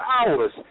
hours